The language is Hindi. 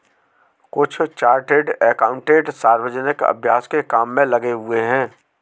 कुछ चार्टर्ड एकाउंटेंट सार्वजनिक अभ्यास के काम में लगे हुए हैं